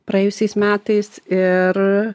praėjusiais metais ir